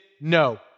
No